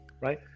right